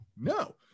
no